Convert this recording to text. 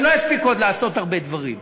הם לא יספיקו עוד לעשות הרבה דברים.